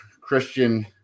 Christian